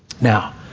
Now